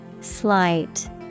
Slight